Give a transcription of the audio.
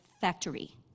factory